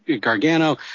Gargano